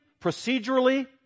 procedurally